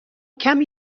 کمی